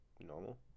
normal